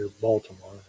Baltimore